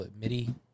MIDI